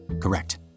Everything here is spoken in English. Correct